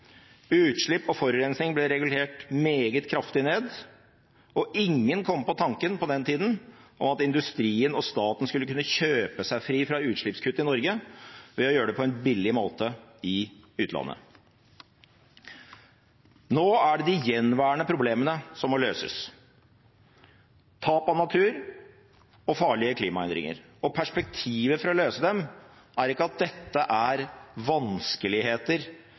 ble regulert meget kraftig ned, og ingen på den tida kom på tanken om at industrien og staten skulle kunne kjøpe seg fri fra utslippskutt i Norge ved å gjøre det på en billig måte i utlandet. Nå er det de gjenværende problemene som må løses: tap av natur og farlige klimaendringer. Perspektivet for å løse dem er ikke at det er vanskeligheter